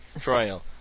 trial